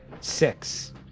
Six